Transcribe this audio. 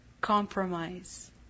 compromise